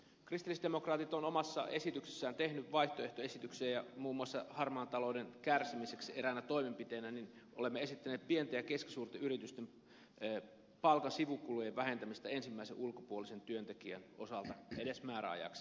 kristillisdemokraatit on omassa esityksessään tehnyt vaihtoehtoesityksen ja muun muassa harmaan talouden karsimiseksi eräänä toimenpiteenä olemme esittäneet pienten ja keskisuurten yritysten palkan sivukulujen vähentämistä ensimmäisen ulkopuolisen työntekijän osalta edes määräajaksi